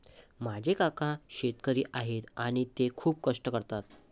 माझे काका शेतकरी आहेत आणि ते खूप कष्ट करतात